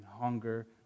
hunger